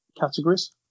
categories